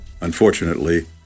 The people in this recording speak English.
Unfortunately